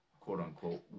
quote-unquote